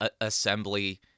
assembly